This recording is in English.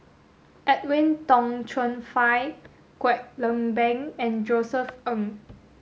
Edwin Tong Chun Fai Kwek Leng Beng and Josef Ng